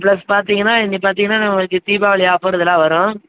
plus பார்த்தீங்கன்னா இங்கே பார்த்தீங்கன்னா நம்மளுக்குத் தீபாவளி ஆஃபர் இதெலாம் வரும்